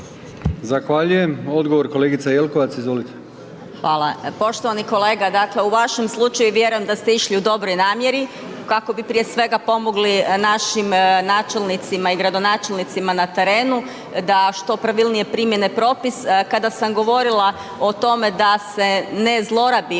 Zahvaljujem. Odgovor, kolegica Jelkovac, izvolite. **Jelkovac, Marija (HDZ)** Hvala. Poštovani kolega, dakle u vašem slučaju, vjerujem da ste išli u dobroj namjeri kako bi prije svega pomogli našim načelnicima i gradonačelnicima na terenu da što pravilnije primjene propis. Kada sam govorila o tome da se ne zlorabi